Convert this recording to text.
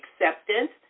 acceptance